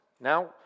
Now